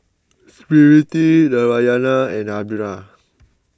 Smriti Narayana and